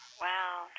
Wow